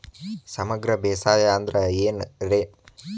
ಸಮಗ್ರ ಬೇಸಾಯ ಅಂದ್ರ ಏನ್ ರೇ?